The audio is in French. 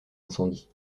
incendie